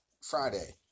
Friday